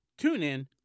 TuneIn